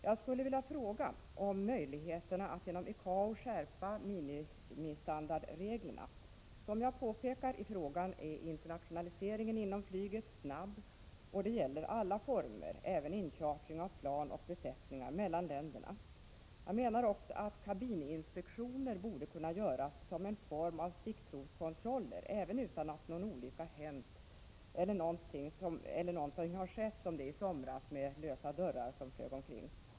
Jag skulle vilja fråga om möjligheterna att genom ICAO skärpa minimistandardreglerna. Som jag påpekar i frågan är internationaliseringen inom flyget snabb, och det gäller alla former, även inchartring av plan och besättningar mellan länderna. Jag menar också att kabininspektioner borde kunna göras i form av stickprovskontroller även utan att någon olycka hänt eller någonting inträffat i stil med det som hände i somras när lösa dörrar flög omkring.